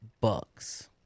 Bucks